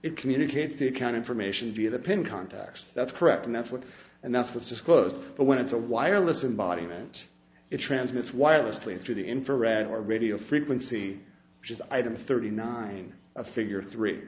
it communicates the account information via the pin contacts that's correct and that's what and that's what's disclosed but when it's a wireless embodiments it transmits wirelessly through the infrared or radio frequency which is item thirty nine a figure three